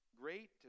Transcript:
great